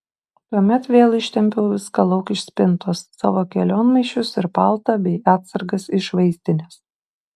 tuomet vėl ištempiau viską lauk iš spintos savo kelionmaišius ir paltą bei atsargas iš vaistinės